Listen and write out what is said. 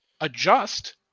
adjust